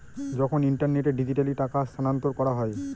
যখন ইন্টারনেটে ডিজিটালি টাকা স্থানান্তর করা হয়